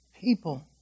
People